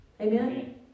Amen